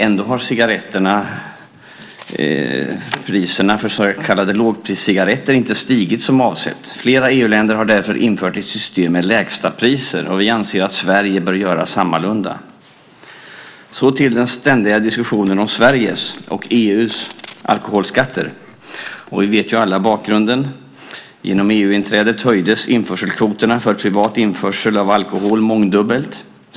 Ändå har priserna för så kallade lågpriscigaretter inte stigit som avsett. Flera EU-länder har därför infört ett system med lägstapriser, och vi anser att Sverige bör göra sammalunda. Så till den ständiga diskussionen om Sveriges - och EU:s - alkoholskatter. Vi vet alla bakgrunden. Genom EU-inträdet höjdes införselkvoterna för privat införsel av alkohol mångdubbelt.